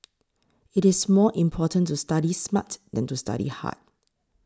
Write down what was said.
it is more important to study smart than to study hard